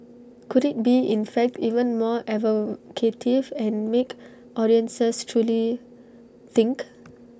could IT be in fact even more evocative and make audiences truly think